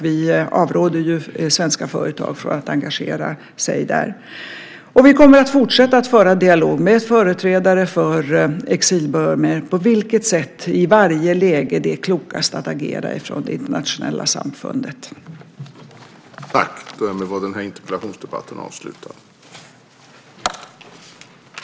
Vi avråder svenska företag från att engagera sig där. Vi kommer att fortsätta att föra en dialog med företrädare för exilburmeser om på vilket sätt det i varje läge är klokast att agera från det internationella samfundets sida.